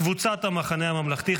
קבוצת סיעת המחנה הממלכתי,